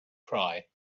cry